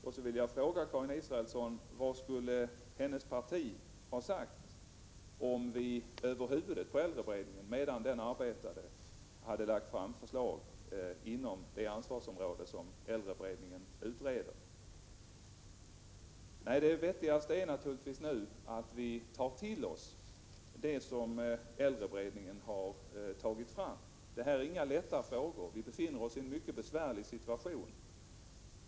Jag vill fråga Karin Israelsson vad hennes parti skulle ha sagt om vi över huvudet på äldreberedningen, medan den arbetade, hade lagt fram förslag inom det ansvarsområde som äldreberedningen utreder. Det vettigaste nu är att vi tar till oss det som äldreberedningen har kommit fram till. Det är inga lätta frågor. Vi befinner oss i en mycket besvärlig situation.